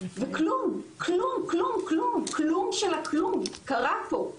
וכלום של הכלום קרה פה,